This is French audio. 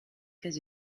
cas